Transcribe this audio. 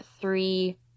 three